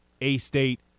A-State